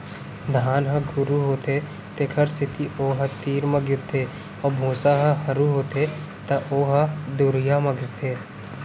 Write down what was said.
धान ह गरू होथे तेखर सेती ओ ह तीर म गिरथे अउ भूसा ह हरू होथे त ओ ह दुरिहा म गिरथे